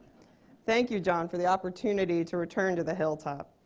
thank you, john, for the opportunity to return to the hilltop.